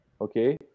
okay